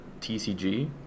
TCG